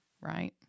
Right